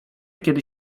kiedy